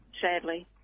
sadly